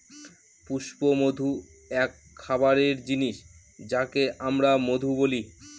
পুষ্পমধু এক খাবারের জিনিস যাকে আমরা মধু বলি